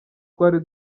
twari